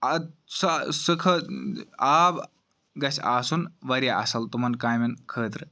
آب گَژھِ آسُن واریاہ اَصٕل تِمَن کامیٚن خٲطرٕ